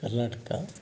Karnataka